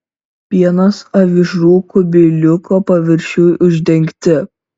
pienas avižų kubiliuko paviršiui uždengti